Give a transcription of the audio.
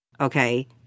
Okay